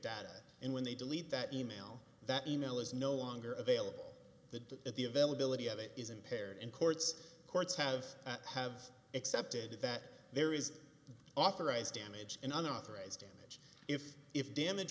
that and when they delete that e mail that e mail is no longer available the at the availability of it is impaired in courts courts have have accepted that there is authorized damage in an authorized if if damage